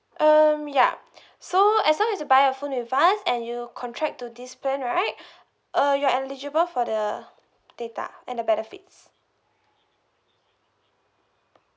um ya so as long as you buy your phone with us and you contract to this plan right uh you're eligible for the data and the benefits